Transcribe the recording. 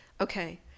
Okay